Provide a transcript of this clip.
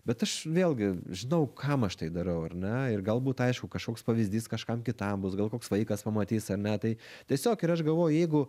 bet aš vėlgi žinau kam aš tai darau ar ne ir galbūt aišku kažkoks pavyzdys kažkam kitam bus gal koks vaikas pamatys ar ne tai tiesiog ir aš galvoju jeigu